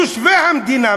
תושבי המדינה,